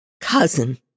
cousin